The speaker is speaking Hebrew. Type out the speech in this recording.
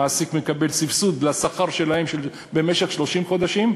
המעסיק מקבל סבסוד לשכר שלהן במשך 30 חודשים,